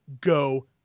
go